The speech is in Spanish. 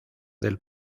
del